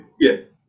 Yes